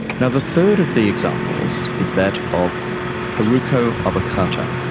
now the third of the examples, is that of haruko obokata.